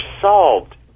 solved